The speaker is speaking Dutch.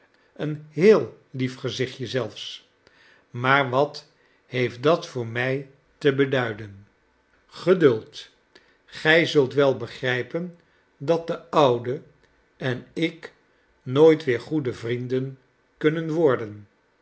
een heel lief gezichtje zelfs maar wat heeft dat voor mij te beduiden geduld gij zult wel begrijpen dat de oude en ik nooit weer goede vrienden kunnen worden